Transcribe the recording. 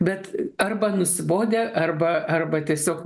bet arba nusibodę arba arba tiesiog